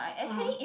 (uh huh)